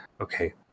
Okay